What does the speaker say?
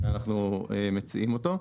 אנחנו מציעים אותו.